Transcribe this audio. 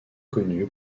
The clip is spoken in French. connu